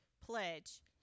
pledge